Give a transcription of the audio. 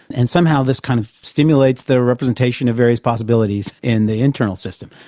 and somehow this kind of stimulates their representation of various possibilities in the internal system.